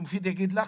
ומופיד יגיד לך,